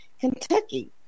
Kentucky